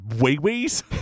wee-wees